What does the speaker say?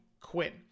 Quinn